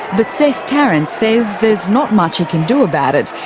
but seth tarrant says there's not much he can do about it,